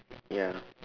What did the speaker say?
ya